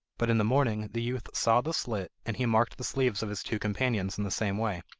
but in the morning the youth saw the slit, and he marked the sleeves of his two companions in the same way,